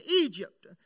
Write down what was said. Egypt